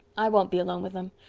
i won't be alone with them.